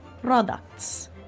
products